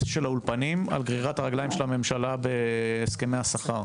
של האולפנים על גרירת הרגליים של הממשלה בהסכמי השכר.